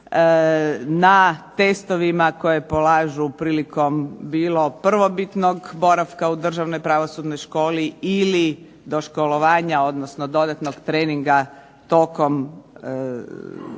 na testovima koje polažu prilikom prvobitnog boravka u državnoj pravosudnoj školi ili doškolovanja odnosno dodatnog treninga tokom svog